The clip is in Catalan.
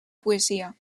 poesia